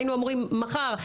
היינו אמורים מחר,